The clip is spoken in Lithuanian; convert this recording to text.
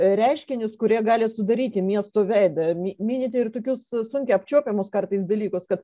reiškinius kurie gali sudaryti miesto veidą mi minite ir tokius sunkiai apčiuopiamus kartais dalykus kad